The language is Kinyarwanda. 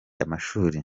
amashuri